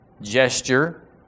gesture